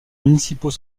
municipaux